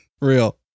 Real